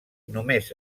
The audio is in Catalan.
només